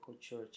church